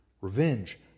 revenge